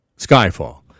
Skyfall